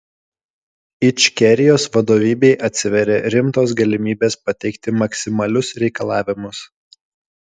ičkerijos vadovybei atsiveria rimtos galimybės pateikti maksimalius reikalavimus